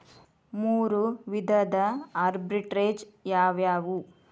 ಮೂರು ವಿಧದ ಆರ್ಬಿಟ್ರೆಜ್ ಯಾವವ್ಯಾವು?